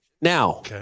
now